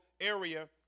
area